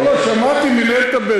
לא אמרתי מנהלת בית-ספר.